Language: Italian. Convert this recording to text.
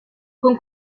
con